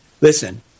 Listen